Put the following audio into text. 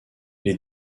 les